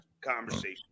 conversation